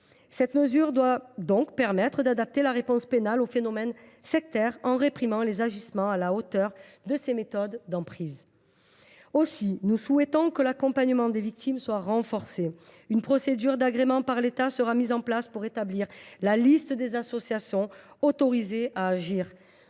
Cette mesure doit permettre d’adapter la réponse pénale au phénomène sectaire en réprimant les agissements à la hauteur des méthodes d’emprise. Aussi souhaitons nous que l’accompagnement des victimes soit renforcé. Une procédure d’agrément par l’État sera mise en place pour établir la liste des associations autorisées à agir.